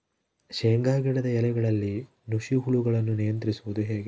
ಶೇಂಗಾ ಗಿಡದ ಎಲೆಗಳಲ್ಲಿ ನುಷಿ ಹುಳುಗಳನ್ನು ನಿಯಂತ್ರಿಸುವುದು ಹೇಗೆ?